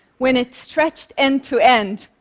when it's stretched end to end,